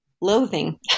loathing